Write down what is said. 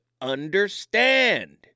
understand